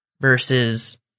versus